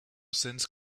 sense